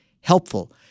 helpful